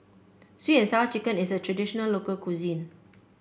sweet and Sour Chicken is a traditional local cuisine